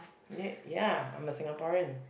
ye~ ya I'm a Singaporean